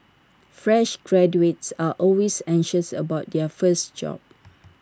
fresh graduates are always anxious about their first job